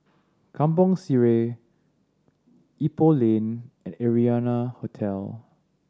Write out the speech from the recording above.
Kampong Sireh Ipoh Lane and Arianna Hotel